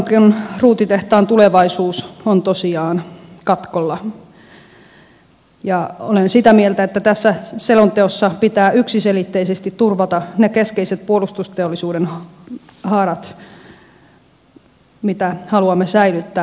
eurencon ruutitehtaan tulevaisuus on tosiaan katkolla ja olen sitä mieltä että tässä selonteossa pitää yksiselitteisesti turvata ne keskeiset puolustusteollisuuden haarat jotka haluamme säilyttää